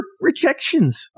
rejections